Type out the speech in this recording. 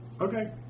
Okay